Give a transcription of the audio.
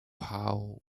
how